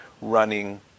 running